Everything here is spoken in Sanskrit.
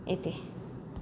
इति